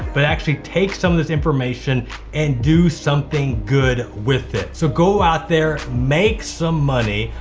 but actually take some of this information and do something good with it. so go out there, make some money.